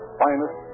finest